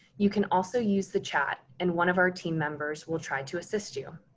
you can also use the chat and one of our team members will try to assist you.